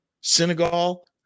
Senegal